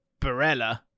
Barella